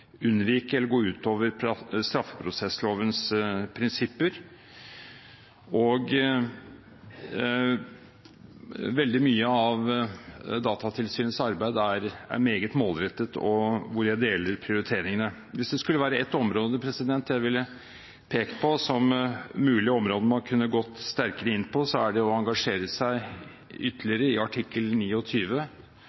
unnvike eller gå utover straffeprosesslovens prinsipper. Veldig mye av Datatilsynets arbeid er meget målrettet, og jeg deler prioriteringene. Hvis det skulle være ett område jeg ville pekt på som et mulig område man kunne gått sterkere inn på, er det å engasjere seg